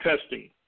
testing